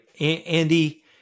Andy